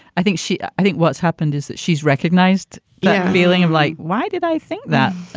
i think she. i i think what's happened is that she's recognized that feeling of like, why did i think that?